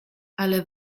ale